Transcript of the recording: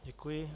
Děkuji.